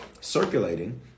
circulating